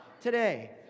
today